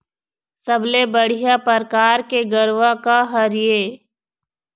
सबले बढ़िया परकार के गरवा का हर ये?